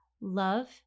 Love